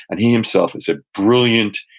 and he himself is a brilliant,